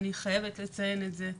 אני חייבת לציין את זה,